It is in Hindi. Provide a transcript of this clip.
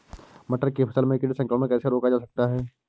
मटर की फसल में कीट संक्रमण कैसे रोका जा सकता है?